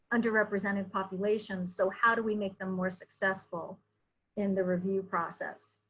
underrepresented populations, so how do we make them more successful in the review process?